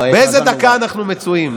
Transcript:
באיזה דקה אנחנו מצויים,